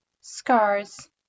scars